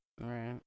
right